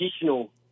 additional